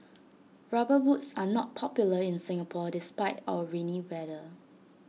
rubber boots are not popular in Singapore despite our rainy weather